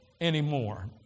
anymore